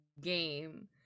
game